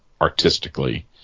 artistically